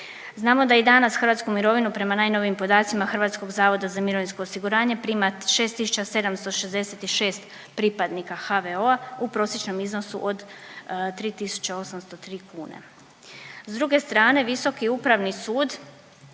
Znamo da i danas hrvatsku mirovinu prema najnovijim podacima HZMO-a prima 6766 pripadnika HVO-a u prosječnom iznosu od 3803 kune. S druge strane Visoki upravni sud